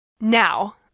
Now